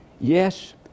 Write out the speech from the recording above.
Yes